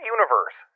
Universe